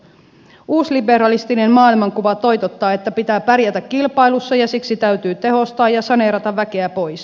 uusliberalistinen maailmankuva toitottaa että pitää pärjätä kilpailussa ja siksi täytyy tehostaa ja saneerata väkeä pois